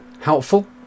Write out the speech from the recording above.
helpful